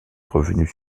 revenue